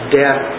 death